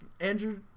Andrew